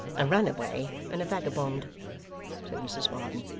a runaway and a vagabond said mrs varden.